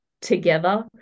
together